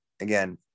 again